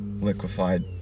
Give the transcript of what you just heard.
liquefied